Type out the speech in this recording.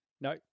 No